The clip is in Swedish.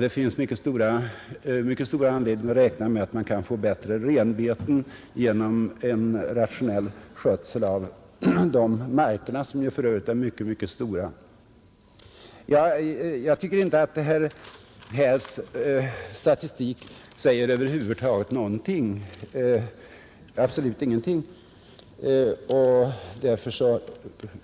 Det finns också mycket stor anledning att räkna med att man kan få bättre renbeten genom en rationell skötsel av markerna, som för övrigt är mycket stora. Jag tycker inte att herr Hälls statistik över huvud taget säger någonting — den säger absolut ingenting. Därför